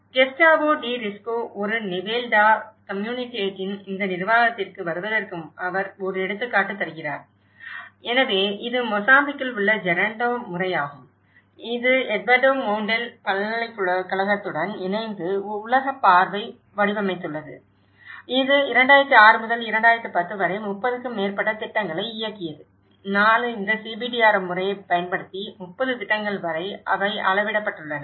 கெஸ்டாவோ டி ரிஸ்கோ ஒரு நிவேல் டா கம்யூனிடேட்டின் இந்த நிர்வாகத்திற்கு வருவதற்கு அவர் ஒரு எடுத்துக்காட்டு தருகிறார் எனவே இது மொசாம்பிக்கில் உள்ள ஜெராண்டோ முறையாகும் இது எட்வர்டோ மொண்டேல் பல்கலைக்கழகத்துடன் இணைந்து உலக பார்வை வடிவமைத்துள்ளது இது 2006 முதல் 2010 வரை 30 க்கும் மேற்பட்ட திட்டங்களை இயக்கியது 4 இந்த CBDRM முறையைப் பயன்படுத்தி 30 திட்டங்கள் வரை அவை அளவிடப்பட்டுள்ளன